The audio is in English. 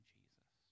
Jesus